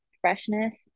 freshness